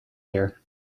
here